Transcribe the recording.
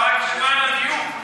למען הדיוק,